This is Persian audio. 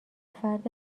فرد